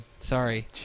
Sorry